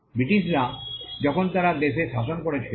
ব্রিটিশরা যখন তারা দেশে শাসন করছিল